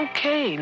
Okay